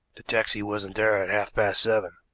the taxi wasn't there at half-past seven,